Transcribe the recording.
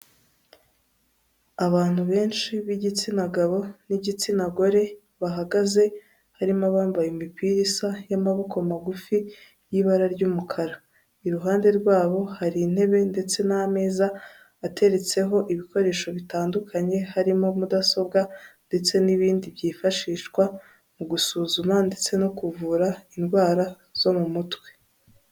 Abantu benshi b'igitsina gabo n'igitsina gore bahagaze, harimo abambaye imipira isa y'amaboko magufi y'ibara ry'umukara. Iruhande rwabo hari intebe ndetse n'ameza ateretseho ibikoresho bitandukanye, harimo mudasobwa ndetse n'ibindi byifashishwa mu gusuzuma ndetse no kuvura indwara zo mu mutwe.